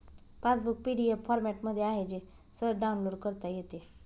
passbook PDF फॉरमॅटमध्ये आहे जे सहज डाउनलोड करता येते